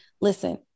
listen